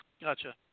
Gotcha